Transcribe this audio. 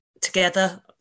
together